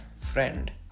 friend